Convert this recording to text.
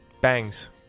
Bangs